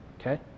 Okay